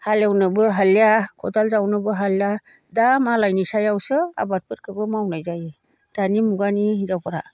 हालेवनोबो हालिया खदाल जावनोबो हालिया दा मालायनि सायावसो आबादफोरखौबो मावनाय जायो दानि मुगानि हिनजावफोरा